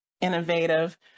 innovative